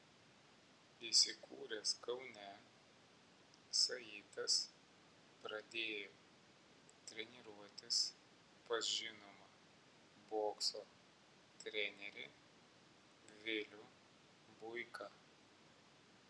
įsikūręs kaune saitas pradėjo treniruotis pas žinomą bokso trenerį vilių buiką